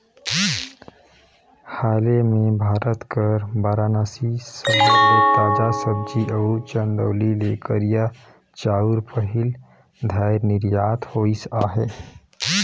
हाले में भारत कर बारानसी सहर ले ताजा सब्जी अउ चंदौली ले करिया चाँउर पहिल धाएर निरयात होइस अहे